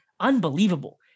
unbelievable